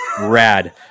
Rad